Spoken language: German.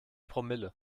promille